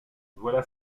voilà